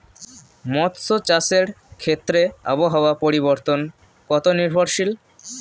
মৎস্য চাষের ক্ষেত্রে আবহাওয়া পরিবর্তন কত নির্ভরশীল?